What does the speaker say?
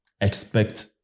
expect